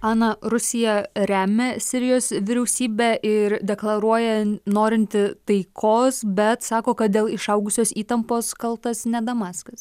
ana rusija remia sirijos vyriausybę ir deklaruoja norinti taikos bet sako kad dėl išaugusios įtampos kaltas ne damaskas